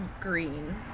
green